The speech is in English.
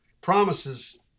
promises